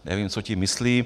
Nevím, co tím myslí.